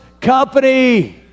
company